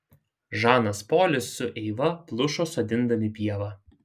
žanas polis su eiva plušo sodindami pievą